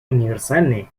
универсальные